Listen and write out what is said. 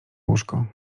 łóżko